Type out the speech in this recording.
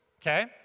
Okay